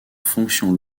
fonction